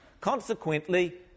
Consequently